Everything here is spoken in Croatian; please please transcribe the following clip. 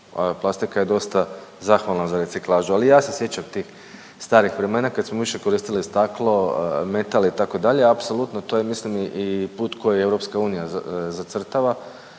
Plastika je dosta zahvalna za reciklažu. Ali i ja se sjećam tih starih vremena, kad smo više koristili staklo, metal itd. Apsolutno, to je mislim i put koji Europska